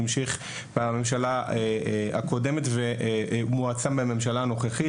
המשיכה בממשלה הקודמת והועצמה בממשלה הנוכחית.